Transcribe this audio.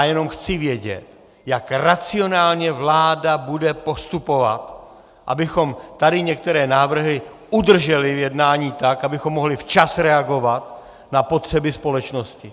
Jenom chci vědět, jak racionálně vláda bude postupovat, abychom tady některé návrhy udrželi v jednání tak, abychom mohli včas reagovat na potřeby společnosti.